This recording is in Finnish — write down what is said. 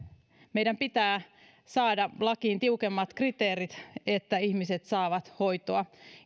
meidän pitää saada lakiin tiukemmat kriteerit että ihmiset saavat hoitoa